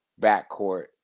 backcourt